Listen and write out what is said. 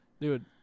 Dude